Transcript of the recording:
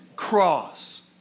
cross